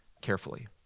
carefully